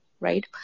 Right